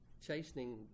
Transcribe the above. chastening